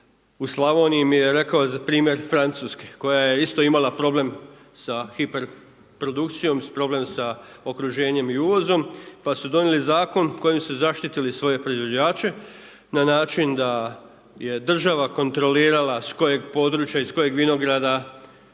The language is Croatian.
u Slavoniji mi je rekao primjer Francuske koja je isto imala problem sa hiperprodukcijom, problem sa okruženjem i uvozom pa su donijeli zakon kojim su zaštitili svoje proizvođače na način da je država kontrolirala s kojeg područja, iz kojeg vinograda